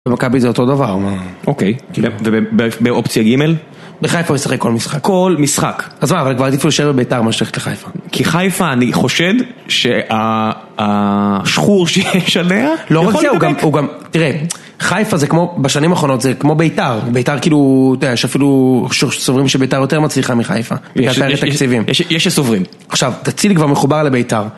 במכבי זה אותו דבר. אוקיי, ובאופציה ג'? בחיפה הוא ישחק כל משחק. כל משחק. אז מה, אז כבר עדיף לו להשאר בביתר מאשר ללכת לחיפה. כי חיפה אני חושד שהשחור שיש עליה... לא רק זה, הוא גם, תראה, חיפה זה כמו בשנים האחרונות, זה כמו ביתר. ביתר כאילו, תראה, יש אפילו שסוברים שביתר יותר מצליחה מחיפה. יש תקציבים.יש שסוברים. עכשיו, תציל כבר מחובר לביתר.